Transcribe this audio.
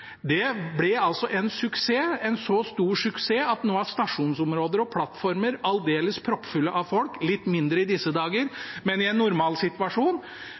Det ble en suksess – en så stor suksess at stasjonsområder og plattformer nå er aldeles proppfulle av folk. Det er litt mindre i disse dager, men i en